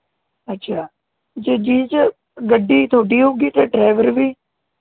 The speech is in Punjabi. ਅੱਛਾ ਜੇ ਜਿਸ 'ਚ ਗੱਡੀ ਤੁਹਾਡੀ ਹੋਵੇਗੀ ਅਤੇ ਡਰਾਈਵਰ ਵੀ